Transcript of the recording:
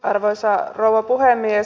arvoisa rouva puhemies